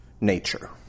nature